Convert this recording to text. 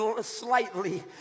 slightly